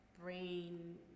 brain